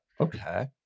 Okay